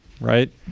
right